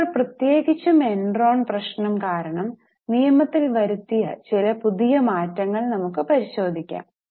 ഇപ്പോൾ പ്രത്യേകിച്ചും എൻറോൺ പ്രശ്നം കാരണം നിയമത്തിൽ വരുത്തിയ ചില പുതിയ മാറ്റങ്ങൾ നമുക്കു പരിശോധിക്കാം